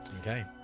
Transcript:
Okay